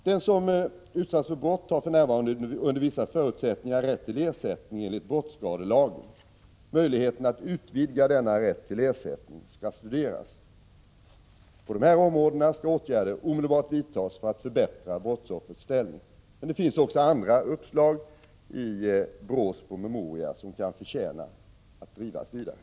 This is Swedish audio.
Den som utsatts för brott har för närvarande under vissa förutsättningar rätt till ersättning enligt brottsskadelagen. Möjligheterna att utvidga denna rätt till ersättning skall studeras. På dessa områden skall åtgärder omedelbart vidtas för att förbättra brottsoffrens ställning. Men det finns också andra uppslag i BRÅ:s promemoria som kan förtjäna att drivas vidare.